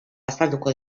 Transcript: azaldu